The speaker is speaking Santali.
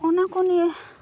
ᱚᱱᱟᱠᱚ ᱱᱤᱭᱟᱹ